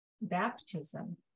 baptism